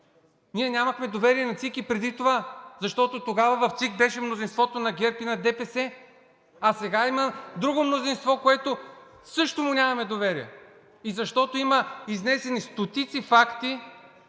Ние нямахме доверие на ЦИК и преди това, защото тогава в ЦИК беше мнозинството на ГЕРБ и на ДПС, а сега има друго мнозинство, на което също му нямаме доверие, защото има изнесени стотици факти,